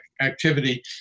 activity